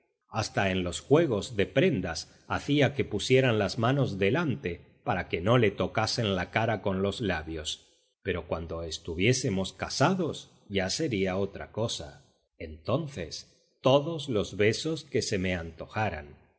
hasta en los juegos de prendas hacía que pusieran las manos delante para que no le tocasen la cara con los labios pero cuando estuviésemos casados ya sería otra cosa entonces todos los besos que se me antojaran